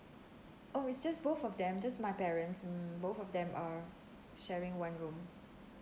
oh it's just both of them just my parents mm both of them are sharing one room